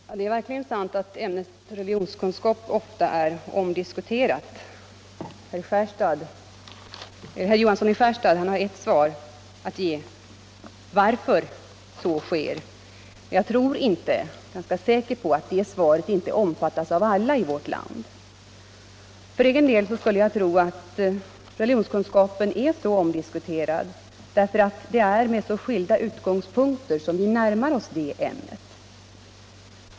Herr talman! Det är verkligen sant att ämnet religionskunskap ofta är omdiskuterat. Herr Johansson i Skärstad har ett svar att ge på frågan varför så sker. Jag är säker på att det svaret inte omfattas av alla i vårt land. För egen del tror jag att religionskunskapen är så omdiskuterad därför att det är med mycket skilda utgångspunkter vi närmar oss det ämnet.